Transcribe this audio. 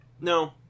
no